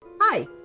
Hi